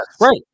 Right